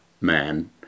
man